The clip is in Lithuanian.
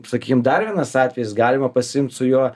sakykim dar vienas atvejis galima pasiimt su juo